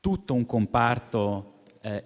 tutto un comparto